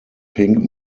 pink